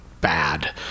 bad